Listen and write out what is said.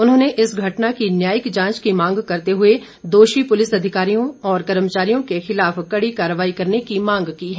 उन्होंने इस घटना की न्यायायिक जांच की मांग करते हुए दोषी पुलिस अधिकारियों और कर्मचारियों के खिलाफ कड़ी कार्रवाई करने की मांग की है